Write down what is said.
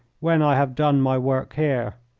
when i have done my work here.